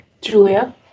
Julia